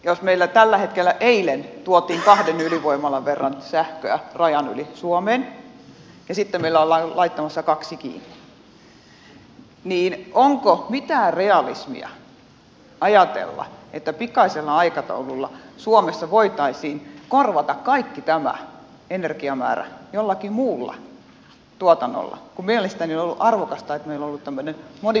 jos meillä tällä hetkellä eilen tuotiin kahden ydinvoimalan verran sähköä rajan yli suomeen ja sitten meillä ollaan laittamassa kaksi kiinni niin onko mitään realismia ajatella että pikaisella aikataululla suomessa voitaisiin korvata kaikki tämä energiamäärä jollakin muulla tuotannolla kun mielestäni on ollut arvokasta että meillä on ollut tämmöinen monipuolinen ja laaja kirjo